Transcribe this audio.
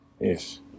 Yes